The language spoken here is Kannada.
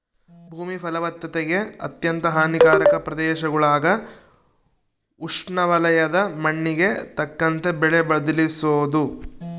ಭೂಮಿ ಫಲವತ್ತತೆಗೆ ಅತ್ಯಂತ ಹಾನಿಕಾರಕ ಪ್ರದೇಶಗುಳಾಗ ಉಷ್ಣವಲಯದ ಮಣ್ಣಿಗೆ ತಕ್ಕಂತೆ ಬೆಳೆ ಬದಲಿಸೋದು